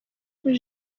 kuri